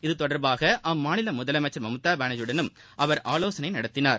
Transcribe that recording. இதுதொடர்பாக அம்மாநில முதலமைச்சர் மம்தா பானர்ஜியுடனும் அவர் ஆவோசனை நடத்தினார்